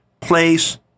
place